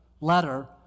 letter